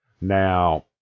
Now